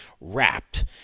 Wrapped